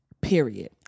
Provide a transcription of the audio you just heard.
period